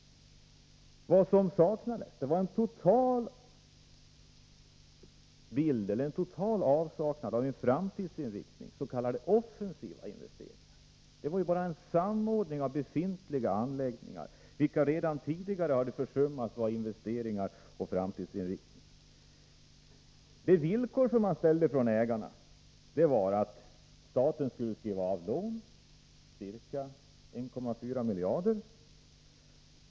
Det var en total avsaknad av en framtidsinriktning, s.k. offensiva investeringar. Det här var bara en samordning av befintliga anläggningar, vilka redan tidigare hade försummats när det gällde investeringar och framtidsinriktning. De villkor som ägarna ställde var att staten skulle skriva av lån på ca 1,4 miljarder.